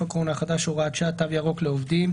הקורונה החדש (הוראת שעה)(תו ירוק לעובדים)